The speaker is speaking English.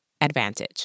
advantage